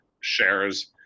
shares